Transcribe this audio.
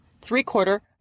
Three-quarter